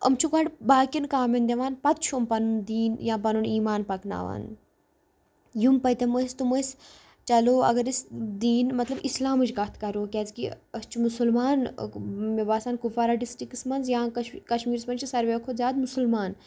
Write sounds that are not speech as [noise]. یِم چھِ گۄڈٕ باقیَن کامٮ۪ن دِوان پَتہٕ چھُ یِم پَنُن دیٖن یا پَنُن ایٖمان پَکناوان یِم پٔتِم ٲسۍ تِم أسۍ چلو اگر أسۍ دیٖن مطلب اِسلامٕچ کَتھ کَرو کیٛازِکہِ أسۍ چھِ مُسلمان مےٚ باسان کُپوارا ڈِسٹِرٛکَس منٛز یا [unintelligible] کَشمیٖرَس منٛز چھِ سارویو کھۄتہٕ زیادٕ مُسلمان